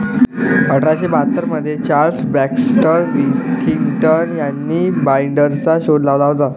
अठरा शे बाहत्तर मध्ये चार्ल्स बॅक्स्टर विथिंग्टन यांनी बाईंडरचा शोध लावला होता